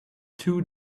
two